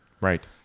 right